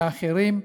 מהאחרים,